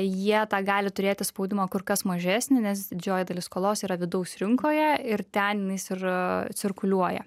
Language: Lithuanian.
jie tą gali turėti spaudimą kur kas mažesnį nes didžioji dalis skolos yra vidaus rinkoje ir ten jinais ir cirkuliuoja